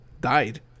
Died